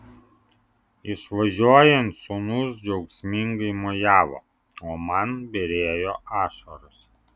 išvažiuojant sūnus džiaugsmingai mojavo o man byrėjo ašaros